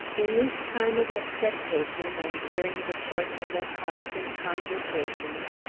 in this time of expectation, and during the course of their constant conversations,